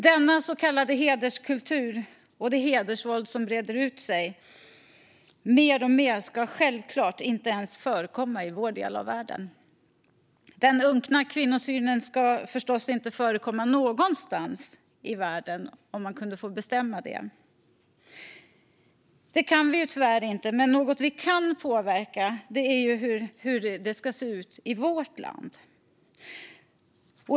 Denna så kallade hederskultur och det hedersvåld som mer och mer breder ut sig ska självklart inte ens förekomma i vår del av världen. Om vi kunde få bestämma skulle den unkna kvinnosynen förstås inte förekomma någonstans i världen. Men vi kan tyvärr inte det. Något vi däremot kan påverka är hur det ska se ut i vårt land.